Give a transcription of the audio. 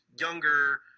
younger